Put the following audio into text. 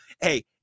Hey